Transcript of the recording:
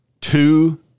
two